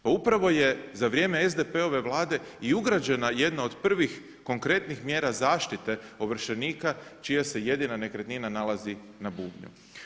Pa upravo je za vrijeme SDP-ove vlade i ugrađena jedna od prvih konkretnih mjera zaštite ovršenika čija se jedina nekretnina nalazi na bubnju.